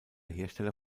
hersteller